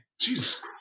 Jesus